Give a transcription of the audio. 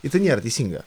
ir tai nėra teisinga